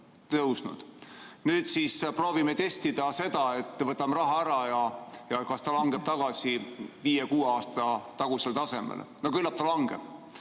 Nüüd siis proovime testida seda, et kui võtame raha ära, kas see langeb tagasi viie-kuue aasta tagusele tasemele. No küllap langeb.